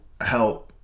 help